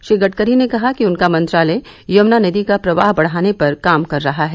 श्री गडकरी ने कहा कि उनका मंत्रालय यमुना नदी का प्रवाह बढ़ाने पर काम कर रहा है